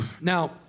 Now